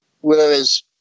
whereas